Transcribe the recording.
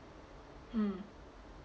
mm